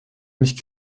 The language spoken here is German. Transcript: mich